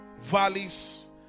valleys